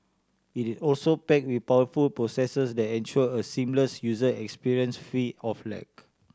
it is also packed with powerful processors that ensure a seamless user experience free of lag